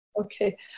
Okay